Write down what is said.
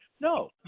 No